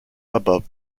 above